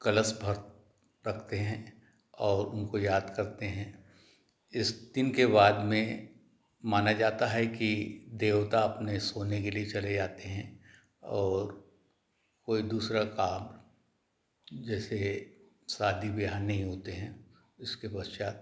कलश भर रखते हैं और उनको याद करते हैं इस दिन के बाद में माना जाता है कि देवता अपने सोने के लिए चले जाते हैं और कोई दूसरा काम जैसे शादी ब्याह नहीं होते हैं इसके पश्चात